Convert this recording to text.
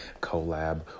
collab